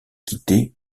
quitter